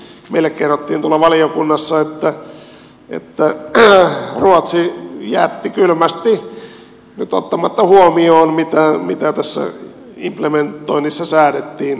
meille kerrottiin tuolla valiokunnassa että ruotsi jätti kylmästi nyt ottamatta huomioon mitä tässä implementoinnissa säädettiin